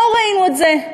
לא ראינו את זה.